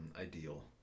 ideal